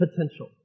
potential